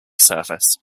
surface